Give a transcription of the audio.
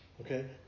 Okay